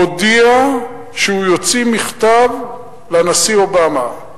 הודיע שהוא יוציא מכתב לנשיא אובמה.